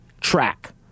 track